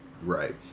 right